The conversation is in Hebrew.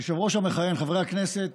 היושב-ראש המכהן, חברי הכנסת,